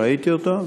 ראיתי אותו,